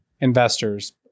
investors